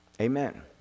Amen